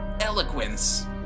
eloquence